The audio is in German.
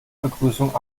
begrüßung